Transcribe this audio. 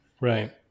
Right